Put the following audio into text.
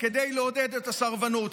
כדי לעודד את הסרבנות,